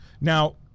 Now